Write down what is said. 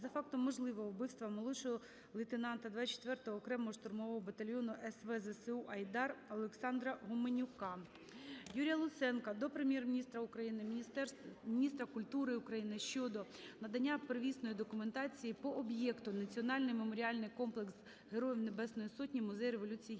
за фактом можливого вбивства молодшого лейтенанта 24-ого окремого штурмового батальйону СВ ЗСУ "Айдар" Олександра Гуменюка. Ігоря Луценка до Прем'єр-міністра України, міністра культури України щодо надання первісної документації по об'єкту "Національний меморіальний комплекс Героїв Небесної Сотні - Музей Революції Гідності".